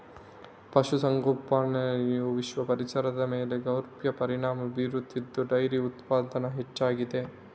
ಪಶು ಸಂಗೋಪನೆಯು ವಿಶ್ವ ಪರಿಸರದ ಮೇಲೆ ಗಮನಾರ್ಹ ಪರಿಣಾಮ ಬೀರುತ್ತಿದ್ದು ಡೈರಿ ಉತ್ಪನ್ನ ಹೆಚ್ಚಾಗಿದೆ